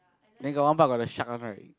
then got one part got the shark one right